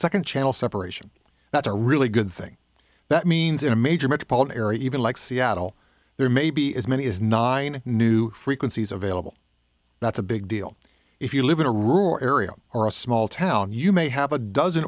second channel separation that's a really good thing that means in a major metropolitan area even like seattle there may be as many as nine new frequencies available that's a big deal if you live in a rural area or a small town you may have a dozen